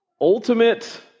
ultimate